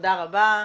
תודה רבה.